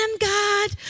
God